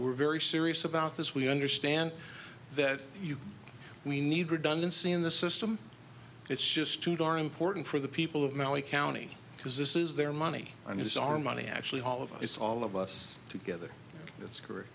we're very serious about this we understand that we need redundancy in the system it's just too darn important for the people of my county because this is their money and it's our money actually all of it's all of us together that's correct